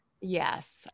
Yes